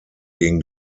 gegen